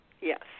Yes